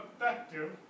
effective